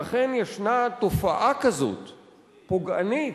שאכן ישנה תופעה כזאת פוגענית,